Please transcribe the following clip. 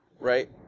right